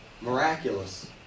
miraculous